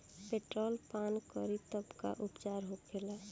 Petrol पान करी तब का उपचार होखेला?